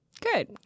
good